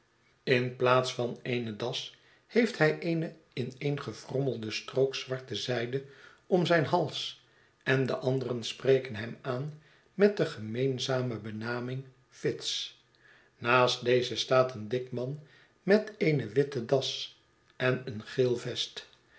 in plaats van eene das heeft hij eene ineengefrommelde strook zwarte zijde om zijn hals endeanderen spreken hem aan met de gemeenzame benaming fitz naast dezen staat een dik man met eene witte das en een geel vest